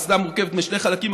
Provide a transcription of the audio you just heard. האסדה מורכבת משני החלקים,